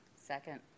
Second